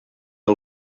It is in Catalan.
que